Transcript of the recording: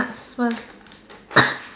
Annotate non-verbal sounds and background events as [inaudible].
cards first [noise]